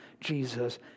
Jesus